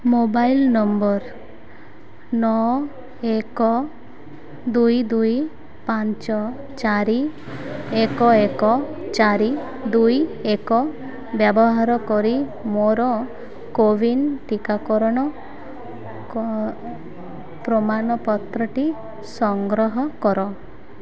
mobile number ନଅ ଏକ ଦୁଇ ଦୁଇ ପାଞ୍ଚ ଚାରି ଏକ ଏକ ଚାରି ଦୁଇ ଏକ ବ୍ୟବହାର କରି ମୋର କୋୱିନ୍ ଟିକାକରଣ କ ପ୍ରମାଣପତ୍ରଟି ସଂଗ୍ରହ କର